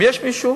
אם יש מישהו,